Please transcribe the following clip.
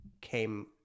came